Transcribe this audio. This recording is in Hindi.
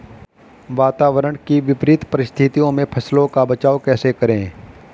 वातावरण की विपरीत परिस्थितियों में फसलों का बचाव कैसे करें?